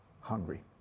hungry